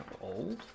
old